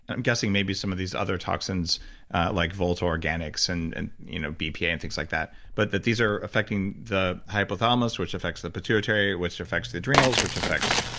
i'm guessing maybe some of these other toxins like volatile organics and and you know bpa and things like that, but that these are affecting the hypothalamus, which affects the pituitary, which affects the adrenals, which affects,